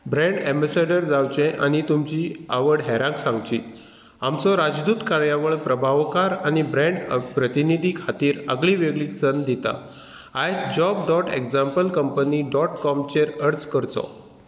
brand ambassador जावचें आनी तुमची आवड हेरांक सांगची आमचो राजदूत कार्यावळ प्रभावकार आनी ब्रँड प्रतिनिधी खातीर आगळी वेगळी संद दिता आयज job dot example company dot कॉमचेर अर्ज करचो